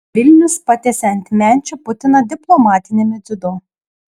vilnius patiesė ant menčių putiną diplomatiniame dziudo